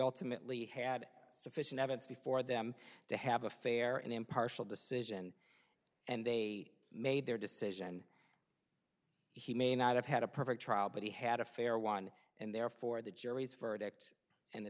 ultimately had sufficient evidence before them to have a fair and impartial decision and they made their decision he may not have had a perfect trial but he had a fair one and therefore the jury's verdict and the